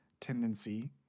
tendency